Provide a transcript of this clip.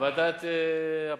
ועדת הפנים,